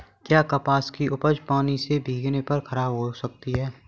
क्या कपास की उपज पानी से भीगने पर खराब हो सकती है?